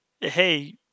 hey